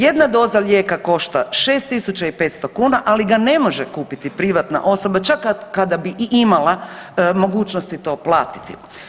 Jedna doza lijeka košta 6.500 kuna ali ga ne može kupiti privatna osoba čak kada bi i imala mogućnosti to platiti.